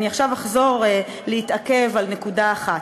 ואני עכשיו אחזור להתעכב על נקודה אחת.